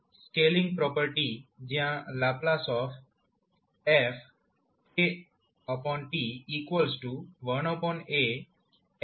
scaling property જ્યાંℒ f 1aF છે